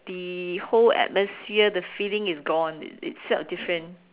the whole atmosphere the feeling is gone it it felt different